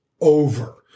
over